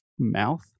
mouth